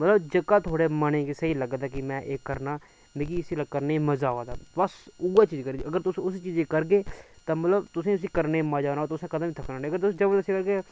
मतलव जेह्का तुंदे मनै गी स्हेई लगदा कि में इ'यै करना मिगी इस्सी करने गी मज़ा आवा दा बस उ'ऐ चीज़ करनी अगर तुस उ'ऐ चीज करगे ते तुसेंगी उस चीज गी करने गी मजा औना तुस कदें बी थक्कना नीं लेकिन अगर तुस जबरदस्ती करगे